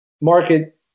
market